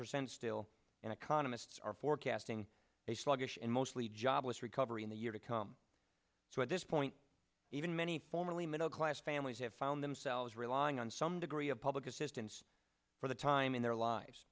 percent still and economists are forecasting a sluggish and mostly jobless recovery in the year to come so at this point even many formerly middle class families have found themselves relying on some degree of public assistance for the time in their lives